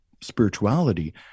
spirituality